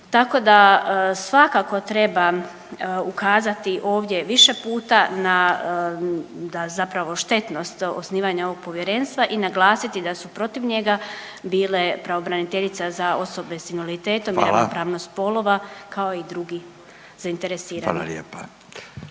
Tako da svakako treba ukazati ovdje više puta, da zapravo štetnost osnivanja ovog povjerenstva i naglasiti da su protiv njega bile pravobraniteljica za osobe sa invaliditetom …/Upadica: Hvala./… i ravnopravnost spolova kao i drugi zainteresirani. **Radin,